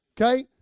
okay